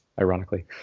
ironically